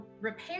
repair